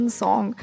song